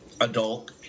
adult